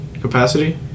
capacity